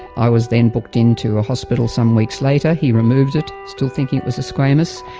i was then booked in to a hospital some weeks later, he removed it, still thinking it was a squamous.